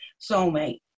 soulmate